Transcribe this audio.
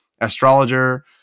astrologer